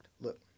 Look